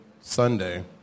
Sunday